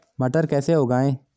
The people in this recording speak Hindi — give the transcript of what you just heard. मटर कैसे उगाएं?